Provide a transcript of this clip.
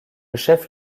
chef